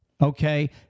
okay